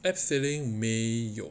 abseiling 没有